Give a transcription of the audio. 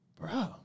Bro